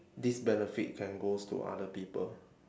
this benefit can goes to other people